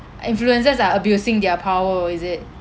influencers are abusing their power is it